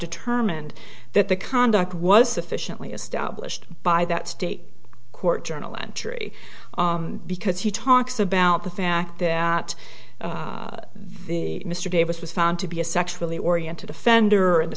determined that the conduct was sufficiently established by that state court journal entry because he talks about the fact that the mr davis was found to be a sexually oriented offender